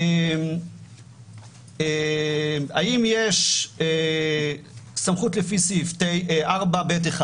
האם יש סמכות לפי סעיף 4ב1?